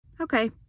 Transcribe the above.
Okay